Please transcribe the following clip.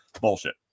Bullshit